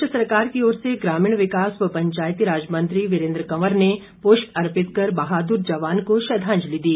प्रदेश सरकार की ओर से ग्रामीण विकास व पंचायतीराज मंत्री वीरेन्द्र कंवर ने पूष्प अर्पित कर बहादुर जवान को श्रद्वांजलि दी